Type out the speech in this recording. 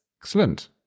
Excellent